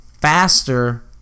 faster